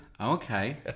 Okay